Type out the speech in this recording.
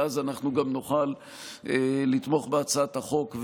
ואז אנחנו גם נוכל לתמוך בהצעת החוק,